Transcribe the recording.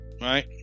right